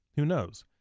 who knows?